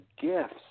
gifts